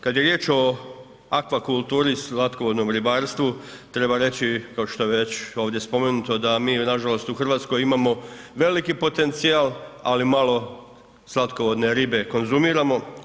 Kad je riječ o akvakulturi, slatkovodnom ribarstvu, treba reći kao što se već ovdje spomenuto, da mi nažalost u Hrvatskoj imamo veliki potencijal, ali malo slatkovodne ribe konzumiramo.